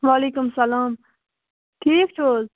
وعلیکُم السلام ٹھیٖک چھِو حظ